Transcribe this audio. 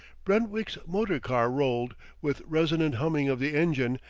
brentwick's motor-car rolled, with resonant humming of the engine,